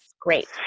great